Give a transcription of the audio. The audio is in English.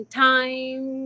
time